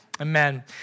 Amen